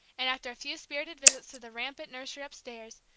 and, after a few spirited visits to the rampant nursery upstairs,